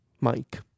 Mike